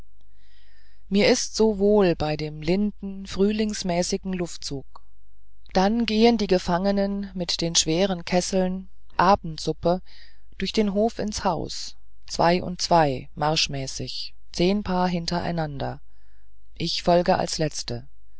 mir ist so wohl bei dem linden frühlingsmäßigen luftzug dann gehen die gefangenen mit den schweren kesseln abendsuppe durch den hof ins haus zwei und zwei marschmäßig zehn paar hintereinander ich folge als letzte